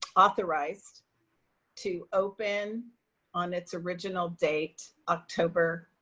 authorized to open on its original date, october